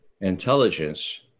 intelligence